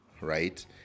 right